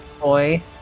boy